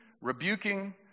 rebuking